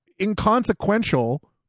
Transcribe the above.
inconsequential